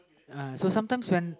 uh so sometimes when